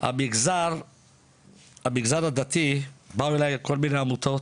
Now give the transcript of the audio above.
המגזר הדתי, באו אליי עמותות